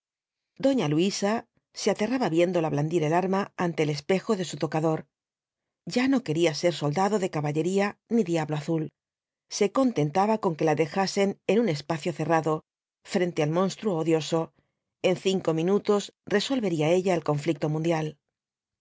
doña luisa se aterraba viéndola blandir el arma ante el espejo de su tocador ya no quería ser soldado de caballería ni diablo azul se contentaba con v blasco ibákbi que la dejasen en un espacio cerrado frente al monstruo odioso en cinco minutos resolvería ella el conflicto mundial